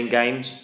games